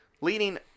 leading